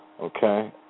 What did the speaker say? Okay